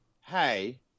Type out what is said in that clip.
hey